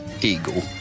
eagle